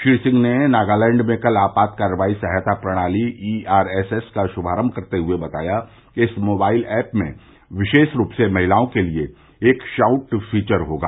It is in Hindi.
श्री सिंह ने नगालैंड में कल आपात कार्रवाई सहायता प्रणाली ईआरएसएस का शुभारंभ करते हुए बताया कि इस मोबाइल ऐप में विशेष रूप से महिलाओं के लिए एक शॉउट फीचर होगा